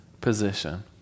position